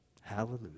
Hallelujah